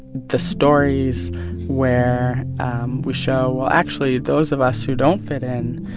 the stories where we show, well, actually, those of us who don't fit in,